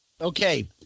Okay